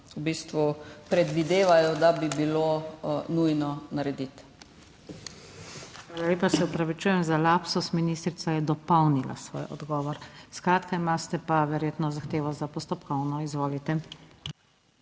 v bistvu predvidevajo, da bi bilo nujno narediti.